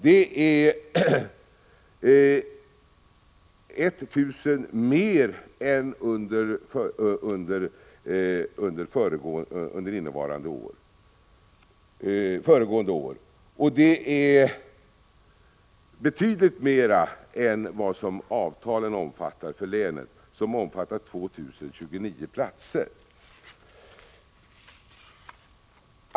Det är 1 000 fler än under innevarande år fram till augusti, och det är betydligt fler än vad avtalet omfattar för länet, nämligen 2 029 platser.